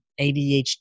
ADHD